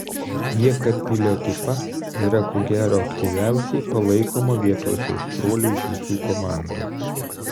jekabpilio ekipa yra ko gero aktyviausiai palaikoma vietos aistruolių iš visų komandų